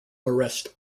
arrest